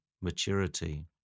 maturity